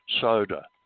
soda